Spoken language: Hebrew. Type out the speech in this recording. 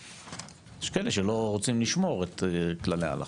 יש כאלה שלא רוצים לשמור את כללי ההלכה.